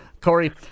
Corey